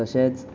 तशेंच